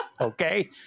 Okay